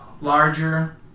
larger